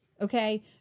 okay